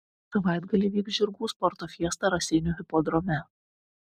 savaitgalį vyks žirgų sporto fiesta raseinių hipodrome